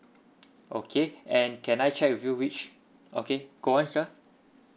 okay and can I check with you which okay go on sir